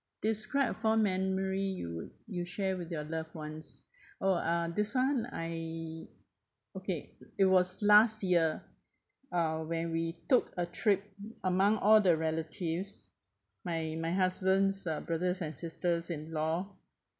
describe a fond memory you would you share with your loved ones oh uh this one I okay it was last year uh when we took a trip among all the relatives my my husband's uh brothers and sisters-in-law